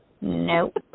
Nope